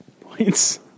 points